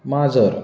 माजर